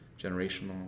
generational